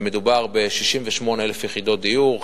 מדובר ב-68,000 יחידות דיור,